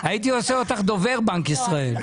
הייתי עושה אותך דובר בנק ישראל.